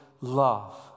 love